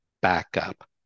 backup